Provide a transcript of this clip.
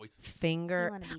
finger